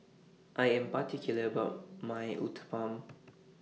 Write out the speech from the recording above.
I Am particular about My Uthapam